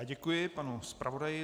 Děkuji panu zpravodaji.